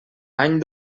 any